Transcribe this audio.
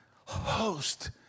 host